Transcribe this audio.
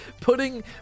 putting